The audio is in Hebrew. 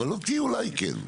אבל אותי אולי כן.